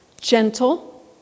gentle